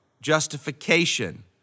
justification